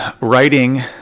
writing